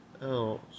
else